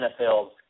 NFL's